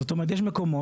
זאת אומרת, יש מקומות